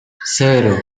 cero